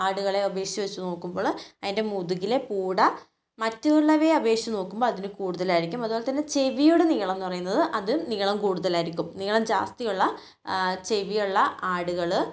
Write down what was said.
ആടുകളെ അപേക്ഷിച്ച് വച്ച് നോക്കുമ്പോൾ അതിൻ്റെ മുതുകിലെ പൂട മറ്റുള്ളവയെ അപേക്ഷിച്ച് നോക്കുമ്പോൾ അതിന് കൂടുതലായിരിക്കും അതുപോലെ തന്നെ ചെവിയുടെ നീളംന്നു പറയുന്നത് അതും നീളം കൂടുതലായിരിക്കും നീളം ജാസ്തിയുള്ള ചെവിയുള്ള ആടുകൾ